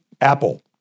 Apple